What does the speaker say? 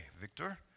Victor